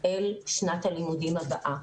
אל שנת הלימודים הבאה.